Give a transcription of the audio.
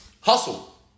Hustle